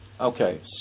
Okay